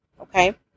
okay